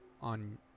on